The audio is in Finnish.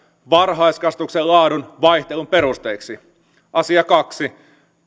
varhaiskasvatuksen laadun vaihtelun perusteiksi kaksi